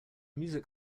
music